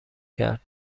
کرد